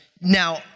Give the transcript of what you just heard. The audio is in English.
Now